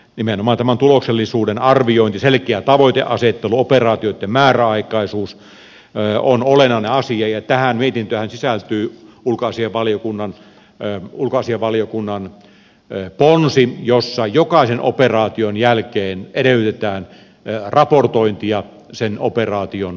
nimenomaan tämän tuloksellisuuden arviointi selkeä tavoiteasettelu ja operaatioitten määräaikaisuus ovat olennaisia asioita ja tähän mietintöönhän sisältyy ulkoasiainvaliokunnan ponsi jossa jokaisen operaation jälkeen edellytetään raportointia sen operaation tuloksellisuudesta